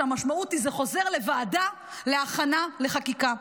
והמשמעות היא שזה חוזר לוועדה להכנה לחקיקה.